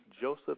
Joseph